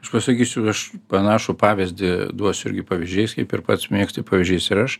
aš pasakysiu aš panašų pavyzdį duosiu irgi pavyzdžiais kaip ir pats mėgsti pavyzdžiais ir aš